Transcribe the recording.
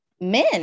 men